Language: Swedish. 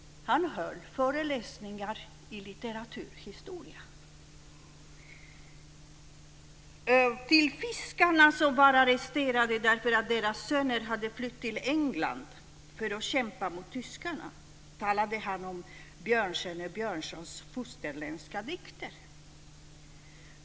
Han höll föreläsningar i litteraturhistoria. Till fiskarna som var arresterade därför att deras söner hade flytt till England för att kämpa mot tyskarna talade han om Bjørnstjerne Bjørnsons fosterländska dikter.